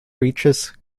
reaches